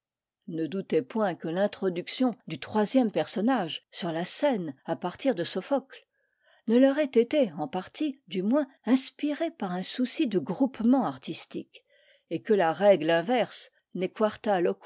ne doutez point que l'introduction du troisième personnage sur la scène à partir de sophocle ne leur ait été en partie du moins inspirée par un souci de groupement artistique et que la règle inverse